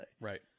Right